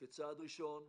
כצעד ראשון,